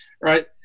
Right